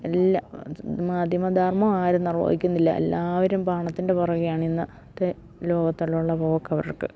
എല്ലാം മാധ്യമ ധർമ്മം ആരും നിർവ്വഹിക്കുന്നില്ല എല്ലാവരും പണത്തിൻ്റെ പുറകെയാണിന്ന് ഇന്നത്തെ ലോകത്തിലുള്ള പോക്കവർക്ക്